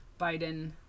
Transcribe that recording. Biden